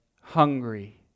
hungry